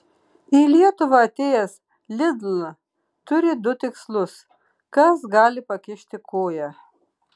į lietuvą atėjęs lidl turi du tikslus kas gali pakišti koją